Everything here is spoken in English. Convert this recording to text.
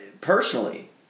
Personally